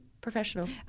professional